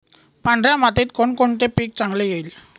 पांढऱ्या मातीत कोणकोणते पीक चांगले येईल?